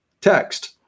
text